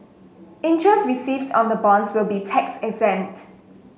interest received on the bonds will be tax exempt